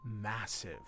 massive